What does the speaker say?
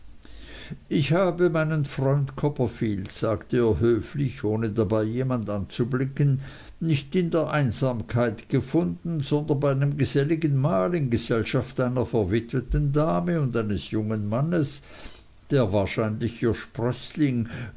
ich habe meinen freund copperfield sagte er höflich ohne dabei jemand anzublicken nicht in der einsamkeit gefunden sondern bei einem geselligen mahl in gesellschaft einer verwitweten dame und eines jungen mannes der wahrscheinlich ihr sprößling